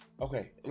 okay